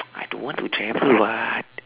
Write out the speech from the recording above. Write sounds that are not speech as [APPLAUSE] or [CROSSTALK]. [NOISE] I don't want to travel [what]